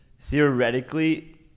theoretically